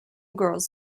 girls